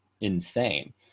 insane